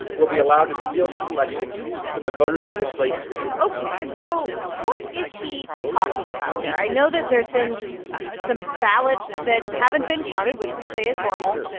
will be allowed to steal this election from the voters in this great state ok. so what is he talking about there? i know that there's been some ballots that haven't been counted, which we say is normal.